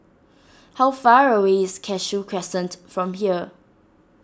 how far away is Cashew Crescent from here